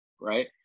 right